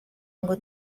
ngo